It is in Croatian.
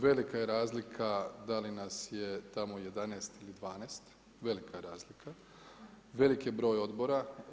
Velika je razlika da li nas je tamo 11 ili 12, velika razlika, velik je broj odbora.